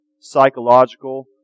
psychological